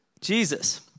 Jesus